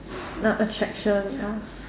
not attraction ah